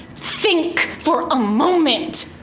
think for a moment!